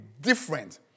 different